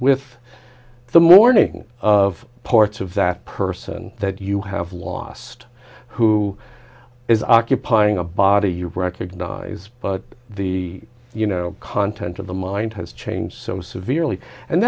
with the morning of parts of that person that you have lost who is occupying a body you recognize but the content of the mind has changed so severely and